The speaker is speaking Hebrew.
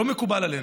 לא מקובל עלינו.